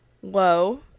whoa